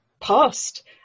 past